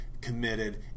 committed